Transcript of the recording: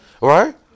Right